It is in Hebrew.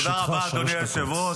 תודה רבה, אדוני היושב-ראש.